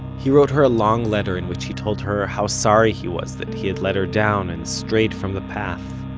he wrote her a long letter in which he told her how sorry he was that he had let her down and strayed from the path.